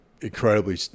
incredibly